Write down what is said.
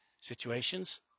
situations